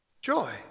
Joy